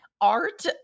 art